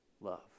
love